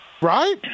right